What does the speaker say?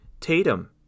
Tatum